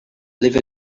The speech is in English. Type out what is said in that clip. live